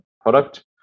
product